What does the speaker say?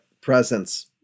Presence